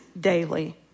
daily